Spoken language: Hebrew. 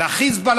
לחיזבאללה,